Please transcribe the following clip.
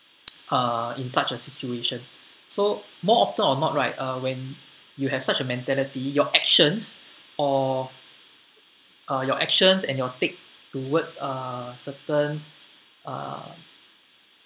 uh in such a situation so more often or not right uh when you have such a mentality your actions or uh your actions and your take towards a certain uh